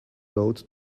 note